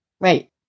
Right